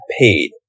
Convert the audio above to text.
paid